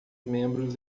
membros